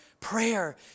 prayer